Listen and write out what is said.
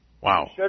wow